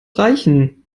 reichen